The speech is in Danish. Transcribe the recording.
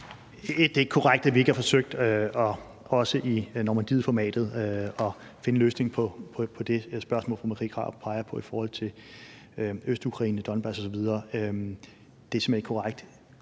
også i Normandietformatet har forsøgt at finde en løsning på det spørgsmål, fru Marie Krarup peger på i forhold til Østukraine, Donbas osv. Det er simpelt hen ikke korrekt.